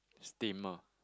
steamer